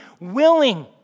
willing